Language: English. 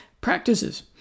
practices